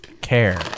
care